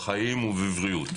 בחיים ובבריאות.